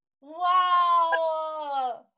wow